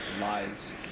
Lies